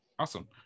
Awesome